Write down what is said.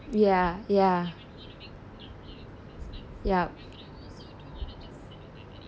ya ya yup